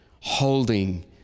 holding